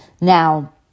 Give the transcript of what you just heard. Now